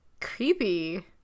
creepy